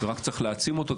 ורק צריך להעצים אותו,